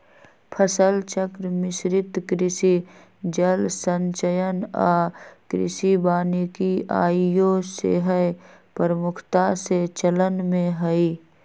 फसल चक्र, मिश्रित कृषि, जल संचयन आऽ कृषि वानिकी आइयो सेहय प्रमुखता से चलन में हइ